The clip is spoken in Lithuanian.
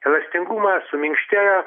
elastingumą suminkštėjo